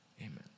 amen